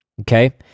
Okay